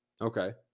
Okay